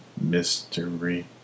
mystery